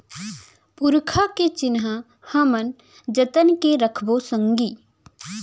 पुरखा के चिन्हा हमन जतन के रखबो संगी